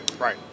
Right